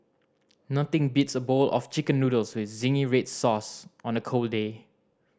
nothing beats a bowl of Chicken Noodles with zingy red sauce on a cold day